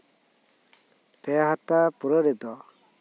ᱯᱮ ᱦᱟᱯᱛᱟ ᱯᱩᱨᱟᱹ ᱨᱮᱫᱚ